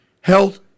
Health